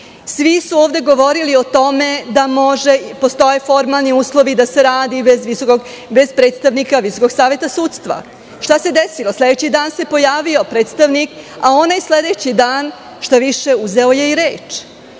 Svi su ovde govorili o tome da postoje formalni uslovi da se radi bez predstavnika Visokog saveta sudstva. Šta se desilo? Sledeći dan se pojavio predstavnik, a onaj sledeći dan, šta više, uzeo je i reč.